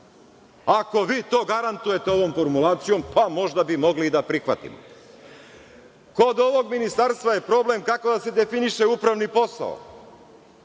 Ako vi to garantujete ovom formulacijom, pa možda bi mogli i da prihvatimo. Kod ovog ministarstva je problem kako da se definiše upravni posao.